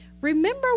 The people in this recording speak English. remember